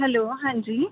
hello ਹਾਂਜੀ